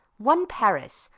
one paris,